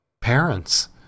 parents